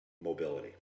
mobility